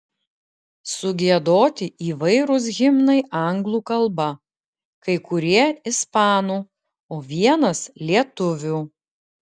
sugiedoti įvairūs himnai anglų kalba kai kurie ispanų o vienas lietuvių